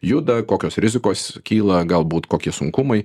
juda kokios rizikos kyla galbūt kokie sunkumai